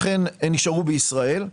אכן נשארו בישראל,